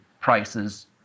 prices